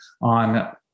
on